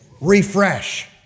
Refresh